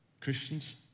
Christian's